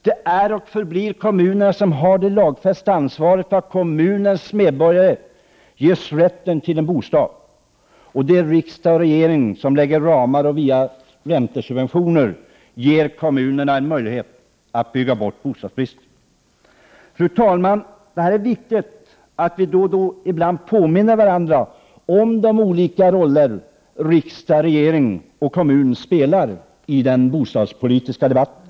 Det är och förblir kommunerna som har det lagfästa ansvaret för att kommunens medborgare ges rätten till en bostad. Det är riksdag och regering som sätter ramarna och via räntesubventioner ger kommunerna möjlighet att bygga bort bostadsbristen. Fru talman! Det är viktigt att vi då och då påminner varandra om de olika roller kommuner, riksdag och regering spelar i den bostadspolitiska debatten.